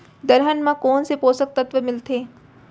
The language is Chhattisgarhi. दलहन म कोन से पोसक तत्व मिलथे?